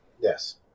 Yes